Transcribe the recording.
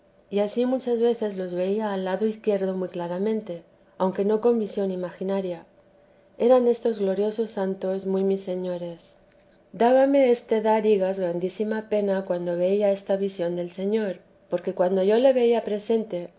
y ansí muchas veces los veía al lado izquierdo muy claramente aunque no con visión imaginaria eran estos gloriosos santos muy mis señores dábame este dar higas grandísima pena cuando veía esta visión del señor porque cuando yo le veía presente